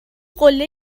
قله